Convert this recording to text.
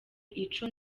ico